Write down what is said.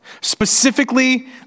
specifically